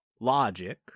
Logic